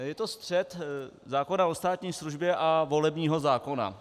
Je to střet zákona o státní službě a volebního zákona.